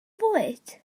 fwyd